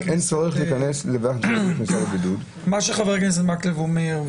--- מה שחבר הכנסת מקלב אומר,